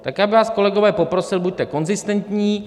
Tak já bych vás, kolegové, poprosil, buďte konzistentní.